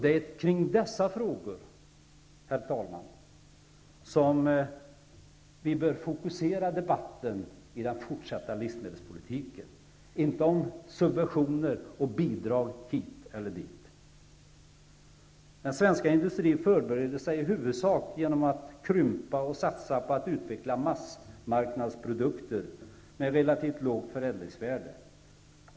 Det är kring dessa frågor som vi bör fokusera debatten om den fortsatta livsmedelspolitiken, inte kring subventioner och bidrag hit eller dit. Den svenska industrin förbereder sig i huvudsak genom att krympa och satsa på att utveckla massmarknadsprodukter med ett relativt lågt förädlingsvärde.